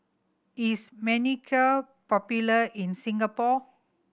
is Manicare popular in Singapore